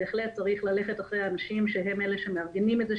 בהחלט צריך ללכת אחרי האנשים שהם אלה שמארגנים את זה,